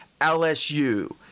LSU